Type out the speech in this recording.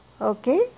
okay